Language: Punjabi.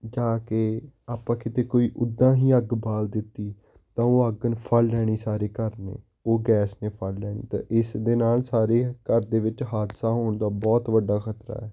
ਜਾਂ ਕੇ ਆਪਾਂ ਕਿਤੇ ਕੋਈ ਉਦਾਂ ਹੀ ਅੱਗ ਬਾਲ ਦਿੱਤੀ ਤਾਂ ਉਹ ਅੱਗ ਨੇ ਫੜ੍ਹ ਲੈਣੀ ਸਾਰੇ ਘਰ ਨੇ ਉਹ ਗੈਸ ਨੇ ਫੜ੍ਹ ਲੈਣੀ ਤਾਂ ਇਸ ਦੇ ਨਾਲ ਸਾਰੇ ਘਰ ਦੇ ਵਿੱਚ ਹਾਦਸਾ ਹੋਣ ਦਾ ਬਹੁਤ ਵੱਡਾ ਖ਼ਤਰਾ ਹੈ